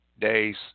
days